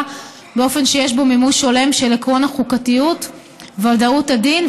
באופן שיש בו מימוש הולם של עקרון החוקתיות וודאות הדין,